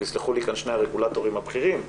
ויסלחו לי כאן שני הרגולטורים הבכירים,